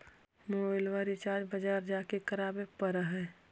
मोबाइलवा रिचार्ज बजार जा के करावे पर है?